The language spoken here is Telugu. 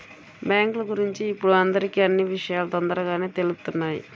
బ్యేంకుల గురించి ఇప్పుడు అందరికీ అన్నీ విషయాలూ తొందరగానే తెలుత్తున్నాయి